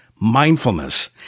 Mindfulness